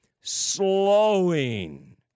slowing